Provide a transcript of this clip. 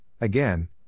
again